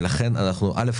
לכן אנחנו, א.